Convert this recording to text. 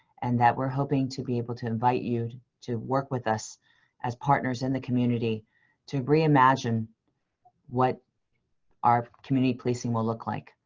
and that we're hoping to be able to invite you to to work with us as partners in the community to reimagine what our community policing will look like.